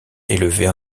élevés